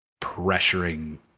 pressuring